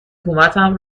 حکومتم